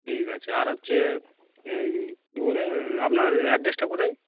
ঠিক আছে আর হচ্ছে কী বলে আপনার অ্যাড্রেসটা কোথায়